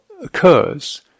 occurs